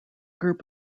group